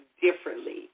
differently